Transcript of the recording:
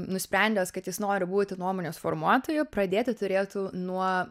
nusprendęs kad jis nori būti nuomonės formuotoju pradėti turėtų nuo